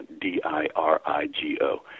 D-I-R-I-G-O